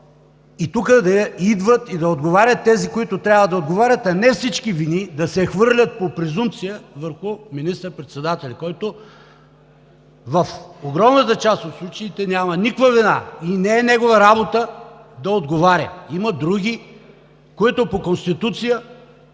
и тук да идват да отговарят тези, които трябва да отговарят, а не всички вини да се хвърлят по презумпция върху министър-председателя, който в огромната част от случаите няма никаква вина и не е негова работа да отговаря! Има други, които по Конституция